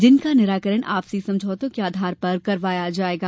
जिनका निराकरण आपसी समझौतों के आधार पर करवाया जायेगा